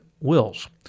wills